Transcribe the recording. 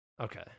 Okay